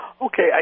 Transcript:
Okay